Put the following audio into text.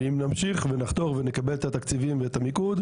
ואם נמשיך ונחתור ונקבל את התקציבים ואת המיקוד,